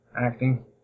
acting